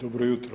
Dobro jutro.